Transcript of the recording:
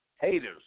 haters